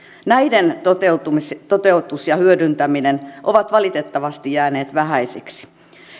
näiden toteutus ja hyödyntäminen ovat valitettavasti jääneet vähäisiksi